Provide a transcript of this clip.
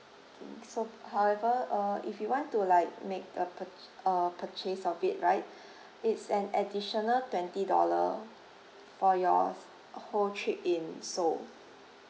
thing so however uh if you want to like make a purch~ uh purchase of it right it's an additional twenty dollar for your s~ whole trip in seoul